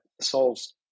solves